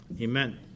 Amen